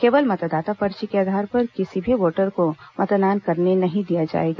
केवल मतदाता पर्ची के आधार पर किसी भी वोटर को मतदान करने नहीं दिया जाएगा